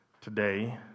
today